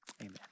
Amen